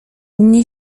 nie